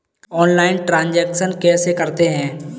Online transaction कैसे करते हैं?